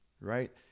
right